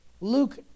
Luke